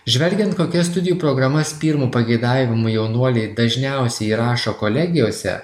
žvelgiant kokias studijų programas pirmu pageidavimu jaunuoliai dažniausiai rašo kolegijose